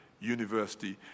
University